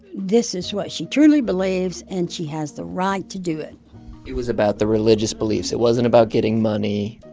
this is what she truly believes, and she has the right to do it it was about the religious beliefs. it wasn't about getting money.